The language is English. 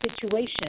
situation